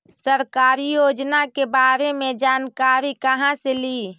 सरकारी योजना के बारे मे जानकारी कहा से ली?